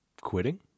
quitting